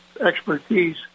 expertise